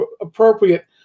appropriate